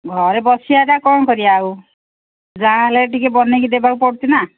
ଘରେ ବସିବାଟା କ'ଣ କରିବା ଆଉ ଯାହା ହେଲେ ଟିକେ ବନାଇକି ଦେବାକୁ ପଡ଼ୁଛି ନା